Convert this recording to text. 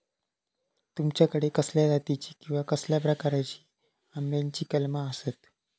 तुमच्याकडे कसल्या जातीची किवा कसल्या प्रकाराची आम्याची कलमा आसत?